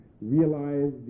realize